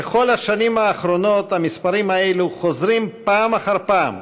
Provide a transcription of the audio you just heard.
בכל השנים האחרונות המספרים האלה חוזרים פעם אחר פעם,